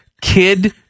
kid